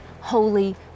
holy